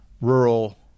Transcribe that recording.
rural